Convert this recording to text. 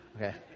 Okay